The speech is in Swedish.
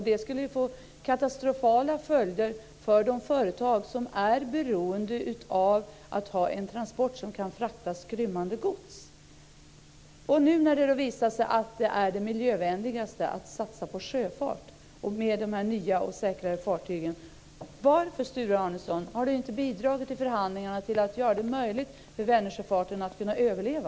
Det skulle få katastrofala följder för de företag som är beroende av en transport som kan frakta skrymmande gods. Nu när det har visat sig att sjöfart är det miljövänligaste och det finns nya säkrare fartyg undrar jag varför Sture Arnesson inte har bidragit till att göra det möjligt för Vänersjöfarten att överleva.